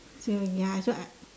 so ya so I